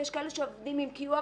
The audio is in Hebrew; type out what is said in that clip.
יש כאלה שעובדים עם קוד,